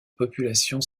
population